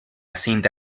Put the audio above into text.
cinta